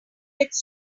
its